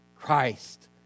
Christ